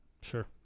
Sure